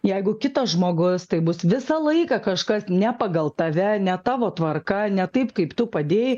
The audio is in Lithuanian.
jeigu kitas žmogus taip bus visą laiką kažkas ne pagal tave ne tavo tvarka ne taip kaip tu padėjai